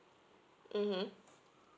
mmhmm